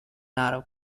natal